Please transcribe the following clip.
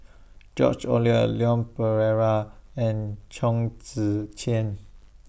George Oehlers Leon Perera and Chong Tze Chien